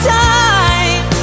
time